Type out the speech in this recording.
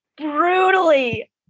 brutally